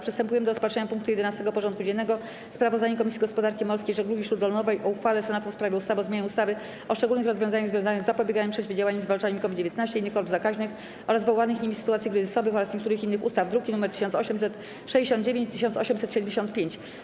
Przystępujemy do rozpatrzenia punktu 11. porządku dziennego: Sprawozdanie Komisji Gospodarki Morskiej i Żeglugi Śródlądowej o uchwale Senatu w sprawie ustawy o zmianie ustawy o szczególnych rozwiązaniach związanych z zapobieganiem, przeciwdziałaniem i zwalczaniem COVID-19, innych chorób zakaźnych oraz wywołanych nimi sytuacji kryzysowych oraz niektórych innych ustaw (druki nr 1869 i 1875)